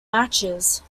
matches